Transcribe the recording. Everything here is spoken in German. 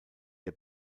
der